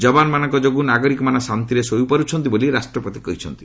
ଜବାନମାନଙ୍କ ଯୋଗୁଁ ନାଗରିକମାନେ ଶାନ୍ତିରେ ଶୋଇପାରୁଛନ୍ତି ବୋଲି ରାଷ୍ଟ୍ରପତି କହିଛନ୍ତି